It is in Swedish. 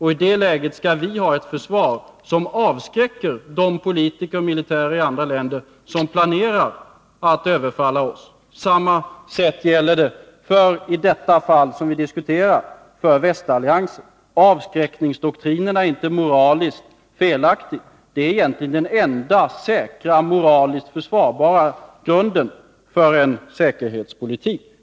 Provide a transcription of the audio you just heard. I det läget skall vi ha ett försvar som avskräcker de politiker och militärer i andra länder som planerar att överfalla oss. Detsamma gäller — i det fall som vi diskuterar — för västalliansen. Avskräckningsdoktrinen är inte moraliskt felaktig. Den är egentligen den enda säkra, moraliskt försvarbara grunden för en säkerhetspolitik.